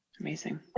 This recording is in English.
Amazing